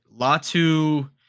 Latu